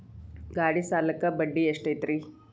ಗಾಡಿ ಸಾಲಕ್ಕ ಬಡ್ಡಿ ಎಷ್ಟೈತ್ರಿ?